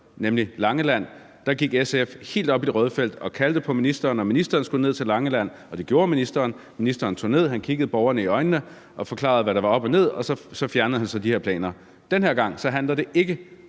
nemlig Langeland, gik SF helt op i det røde felt og kaldte på ministeren, og ministeren skulle ned til Langeland, og det gjorde ministeren. Ministeren tog derned, han kiggede borgerne i øjnene og forklarede, hvad der var op og ned, og så fjernede han de her planer. Den her gang handler det ikke